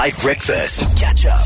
breakfast